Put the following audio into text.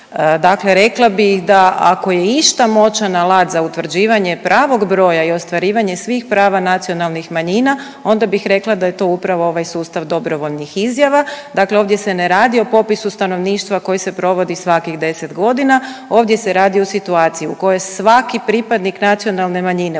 Dakle, rekla bi da ako je išta moćan alat za utvrđivanje pravog broja i ostvarivanje svih prava nacionalnih manjina onda bih rekla da je to upravo ovaj sustav dobrovoljnih izjava. Dakle, ovdje se ne radi o popisu stanovništva koji se provodi svakih 10 godina, ovdje se radi o situaciji u kojoj svaki pripadnik nacionalne manjine u